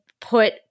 put